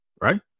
right